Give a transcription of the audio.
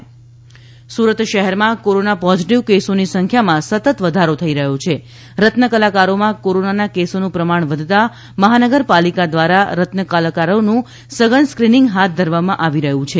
Surat corona Surat શહેરમાં corona positive કેસોની સંખ્યામાં સતત વધારો થઈ રહ્યો છે રત્નકલાકારોમાં કોરોનાના કેસોનું પ્રમાણ વધતા મહાનગરપાલિકા દ્વારા રત્નકલાકારોનું સઘન સ્કિનિંગ હાથ ધરવામાં આવી રહ્યું છે